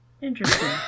Interesting